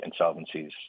insolvencies